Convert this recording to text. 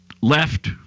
left